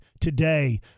today